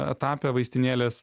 etape vaistinėlės